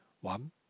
One